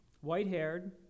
white-haired